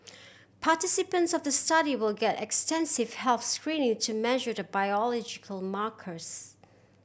participants of the study will get extensive health screening to measure the biological markers